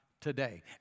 today